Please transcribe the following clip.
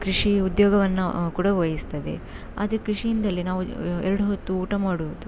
ಕೃಷಿ ಉದ್ಯೋಗವನ್ನು ಕೂಡ ವಹಿಸ್ತದೆ ಆದರೆ ಕೃಷಿಯಿಂದಲೇ ನಾವು ಎರಡು ಹೊತ್ತು ಊಟ ಮಾಡುವುದು